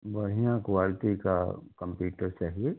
बढ़िया क्वालिटी का कंप्यूटर चाहिए